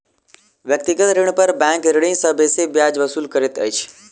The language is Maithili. व्यक्तिगत ऋण पर बैंक ऋणी सॅ बेसी ब्याज वसूल करैत अछि